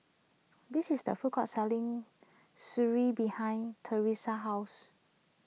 this is a food court selling Sireh behind Tresa's house